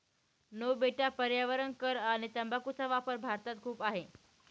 no बेटा पर्यावरण कर आणि तंबाखूचा वापर भारतात खूप आहे